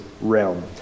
realm